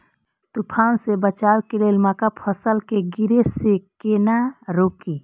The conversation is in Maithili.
तुफान से बचाव लेल मक्का फसल के गिरे से केना रोकी?